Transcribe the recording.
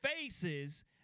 faces